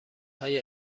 های